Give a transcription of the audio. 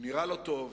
הוא נראה לא טוב,